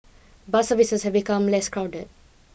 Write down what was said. bus services have become less crowded